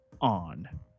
on